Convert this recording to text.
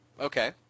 Okay